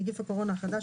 נגיף הקורונה החדש,